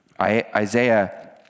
Isaiah